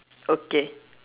okay